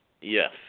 Yes